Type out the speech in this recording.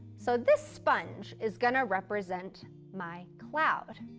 so, this sponge is going to represent my cloud.